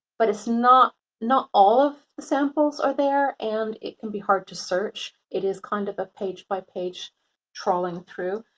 but it's not not all of the samples are there and it can be hard to search. it is kind of a page by page trawling through.